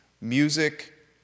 Music